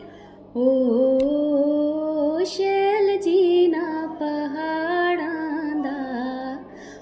ओ हो हो शैल जीना प्हाड़ां दा